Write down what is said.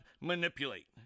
manipulate